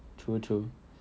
true true